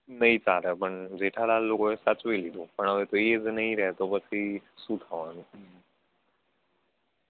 નહીં ચાલે પણ જેઠાલાલ લોકો એ સાચવી લીધું પણ હવે તો એ જ નહીં રહે તો પછી શું થવાનું